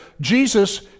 Jesus